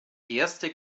erste